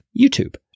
YouTube